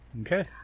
Okay